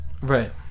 right